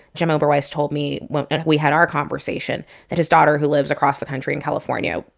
jim oberweis told me when we had our conversation that his daughter, who lives across the country in california,